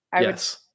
Yes